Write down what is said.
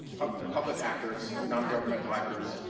public public actors, nongovernmental actors,